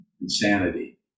insanity